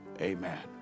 Amen